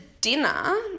dinner